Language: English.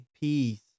peace